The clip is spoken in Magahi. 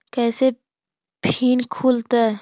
कैसे फिन खुल तय?